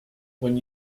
when